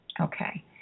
Okay